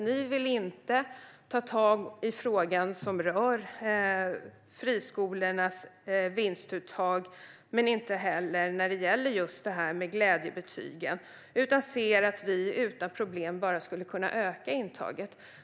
Ni vill inte ta tag i frågan som rör friskolornas vinstuttag och inte heller frågan om just glädjebetygen utan ser att vi utan problem bara skulle kunna öka intaget.